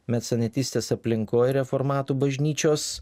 mecenatystės aplinkoj reformatų bažnyčios